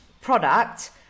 product